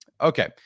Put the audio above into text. okay